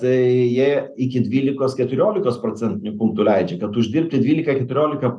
tai jie iki dvylikos keturiolikos procentinių punktų leidžia kad uždirbti dvylika keturiolika